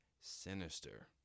Sinister